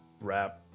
rap